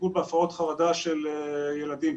טיפול בהפרעות חרדה של ילדים,